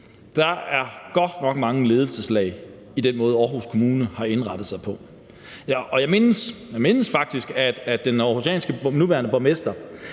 der er godt nok mange ledelseslag i den måde, Aarhus Kommune har indrettet sig på. Jeg mindes faktisk, at den nuværende aarhusianske borgmester